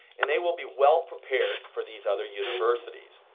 and they will be well prepared for these other universities.